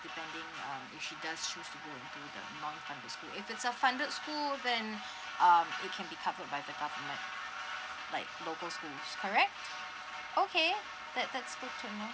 if it's a funded school then um it can be covered by the government like local schools correct okay that that's good to know